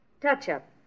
Touch-up